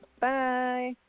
Bye